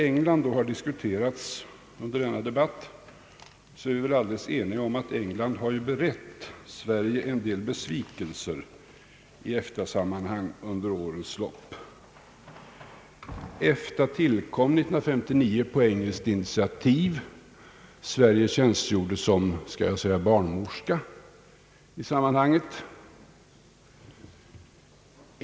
England har ju diskuterats i debatten, och vi är väl alldeles eniga om att England har berett Sverige en del besvikelser i EFTA-sammanhang under årens lopp. EFTA tillkom 1959 på engelskt initiativ — Sverige tjänstgjorde som, kan det väl sägas, barnmorska i sammanhanget.